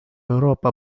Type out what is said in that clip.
euroopa